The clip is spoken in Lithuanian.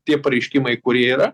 tie pareiškimai kurie yra